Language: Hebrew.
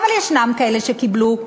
אבל ישנם כאלה שקיבלו,